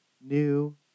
new